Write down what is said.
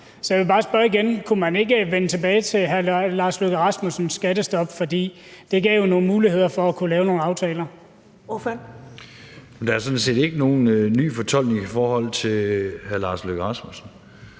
Så jeg vil bare spørge igen: Kunne man ikke vende tilbage til hr. Lars Løkke Rasmussens skattestop, for det gav jo nogle muligheder for at kunne lave nogle aftaler? Kl. 10:18 Første næstformand (Karen Ellemann): Ordføreren.